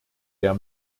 der